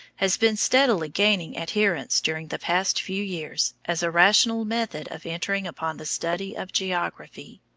has been steadily gaining adherence during the past few years as a rational method of entering upon the study of geography.